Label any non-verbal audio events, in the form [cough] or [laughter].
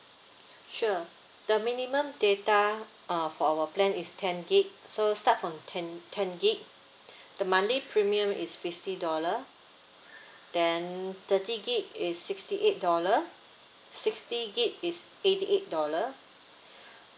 sure the minimum data uh for our plan is ten gig so start from ten ten gig [breath] the monthly premium is fifty dollar [breath] then thirty gig is sixty eight dollar sixty gig is eighty eight dollar [breath]